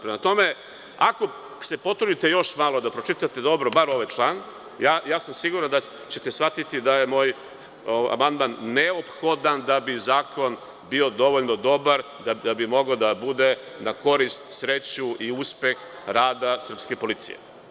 Prema tome, ako se potrudite još malo da pročitate, barem ovaj član, siguran sam da ćete shvatiti da je moj amandman neophodan da bi zakon bio dovoljno dobar i da bi mogao da bude na korist, sreću i uspeh rada srpske policije.